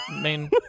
main